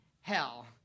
hell